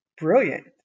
brilliant